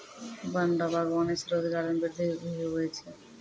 वन रो वागबानी से रोजगार मे वृद्धि भी हुवै छै